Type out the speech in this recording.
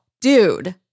Dude